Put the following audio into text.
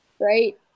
right